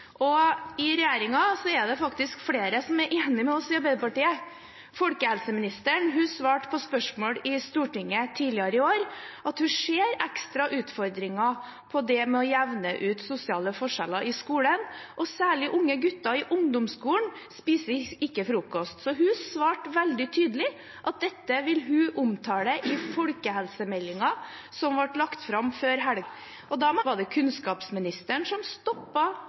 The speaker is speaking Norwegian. I regjeringen er det faktisk flere som er enige med oss i Arbeiderpartiet. Folkehelseministeren svarte på spørsmål i Stortinget tidligere i år at hun ser ekstra utfordringer når det gjelder det å jevne ut sosiale forskjeller i skolen, og særlig unge gutter i ungdomsskolen spiser ikke frokost. Hun svarte veldig tydelig at dette vil hun omtale i folkehelsemeldingen, som ble lagt fram før helgen. Da må jeg nesten spørre kunnskapsministeren: Var det kunnskapsministeren som